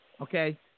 okay